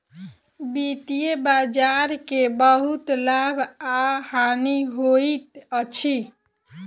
वित्तीय बजार के बहुत लाभ आ हानि होइत अछि